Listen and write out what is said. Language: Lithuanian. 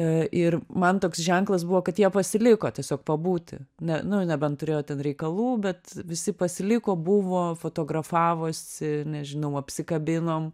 i ir man toks ženklas buvo kad jie pasiliko tiesiog pabūti ne nu nebent turėjo ten reikalų bet visi pasiliko buvo fotografavosi nežinau apsikabinom